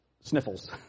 sniffles